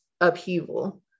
upheaval